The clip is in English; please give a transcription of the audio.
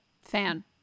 Fan